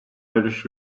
irish